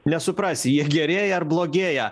nesuprasi jie gerėja ar blogėja